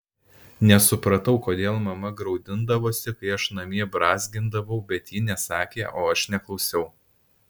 nesupratau kodėl mama graudindavosi kai aš namie brązgindavau bet ji nesakė o aš neklausiau